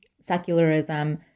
secularism